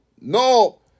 No